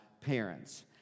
parents